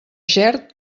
xert